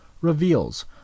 reveals